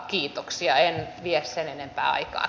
en vie sen enempää aikaa